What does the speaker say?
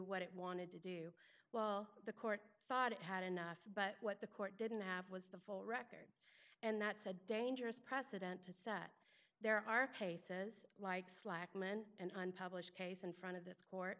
what it wanted to do well the court thought it had enough but what the court didn't have was the full record and that's a dangerous precedent to set there are cases like slackman an unpublished case in front of the court